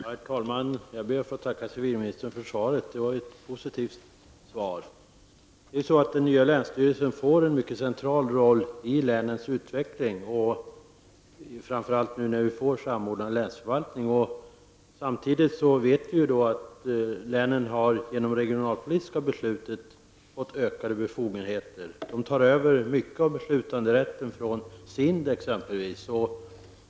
Herr talman! Jag ber att få tacka civilministern för svaret. Det var ett positivt svar. Den nya länsstyrelsen får en mycket central roll i länens utveckling, framför allt nu när det blir en samordnad länsförvaltning. Samtidigt vet vi att länen genom det regionalpolitiska beslutet fått ökade befogenheter. De tar över mycket av beslutanderätten från t.ex. SIND.